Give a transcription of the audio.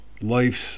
life's